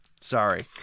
Sorry